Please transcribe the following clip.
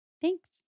Thanks